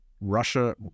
Russia